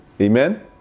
Amen